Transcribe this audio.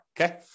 Okay